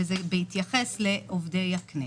וזה בהתייחס לעובדי הכנסת.